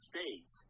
States